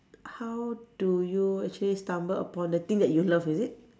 how do you actually stumble upon the thing that you love is it